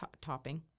topping